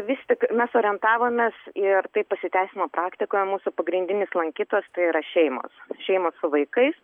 vis tik mes orientavomės ir tai pasiteisino praktikoj mūsų pagrindinis lankytojas tai yra šeimos šeimos su vaikais